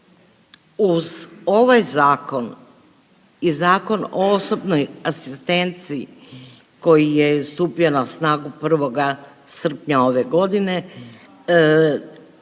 Uz ovaj zakon i Zakon o osobnoj asistenciji koji je stupio na snagu 1. srpnja ove godine